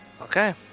Okay